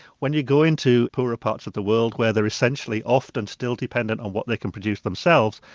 when you go into poorer parts of the world where they're essentially often still dependent on what they can produce themselves,